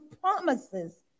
promises